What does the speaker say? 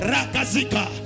Rakazika